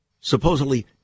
supposedly